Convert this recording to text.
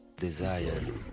desire